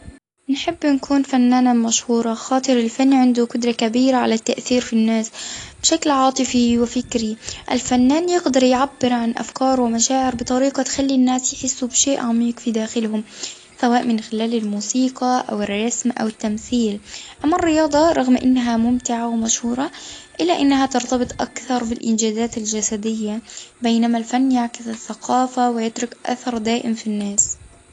نحب نكون فنانة مشهورة خاطر الفن عنده قدرة كبيرة على التأثير في الناس بشكل عاطفي وفكري، الفنان يقدر يعبر عن افكاره ومشاعر بطريقة تخلي الناس يحسوا بشيء عميق في داخلهم، سواء من خلال الموسيقى أو الرسم أو التمثيل، أما الرياضة رغم إنها ممتعة ومشهورة إلا إنها ترتبط أكثر بالإنجازات الجسدية، بينما الفن يعكس الثقافة ويترك أثر دائم في الناس.